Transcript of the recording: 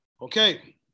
Okay